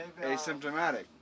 asymptomatic